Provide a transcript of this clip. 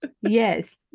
Yes